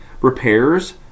repairs